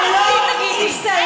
הישראלית זה לא ייסלח,